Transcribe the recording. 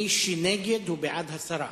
מי שנגד, הוא בעד הסרה.